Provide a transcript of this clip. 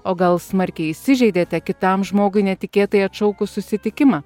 o gal smarkiai įsižeidėte kitam žmogui netikėtai atšaukus susitikimą